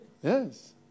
Yes